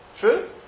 true